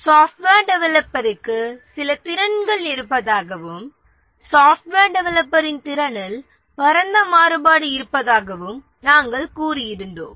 software டெவலப்பெருக்கு சில திறன்கள் இருப்பதாகவும் சாப்ட்வேர் டெவலப்பெரின் திறனில் பரந்த மாறுபாடு இருப்பதாகவும் நாம் கூறியிருந்தோம்